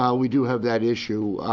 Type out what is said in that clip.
um we do have that issue.